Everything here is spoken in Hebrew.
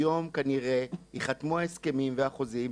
היום כנראה יחתמו ההסכמים והחוזים,